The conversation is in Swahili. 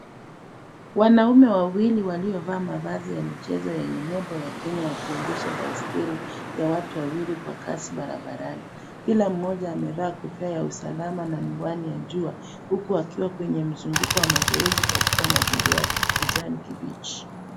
Wanaume wawili waliovaa mavazi ya michezo yenye nembo ya kenya wakiendesha baiskeli ya watu wawili kwa kasi barabarani. Kila mmoja amevaa kofia ya usalama na miwani ya jua, huku akiwa kwenye mzunguko wa mazoezi katika mazingira ya kijani kibichi.